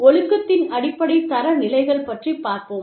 ஒழுக்கத்தின் அடிப்படை தரநிலைகள் பற்றிப் பார்ப்போம்